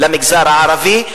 למגזר הערבי,